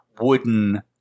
wooden